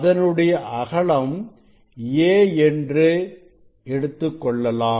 அதனுடைய அகலம் a என்று எடுத்துக்கொள்ளலாம்